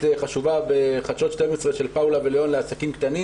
חשובה בחדשות 12 של פאולה וליאון לעסקים קטנים